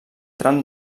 tram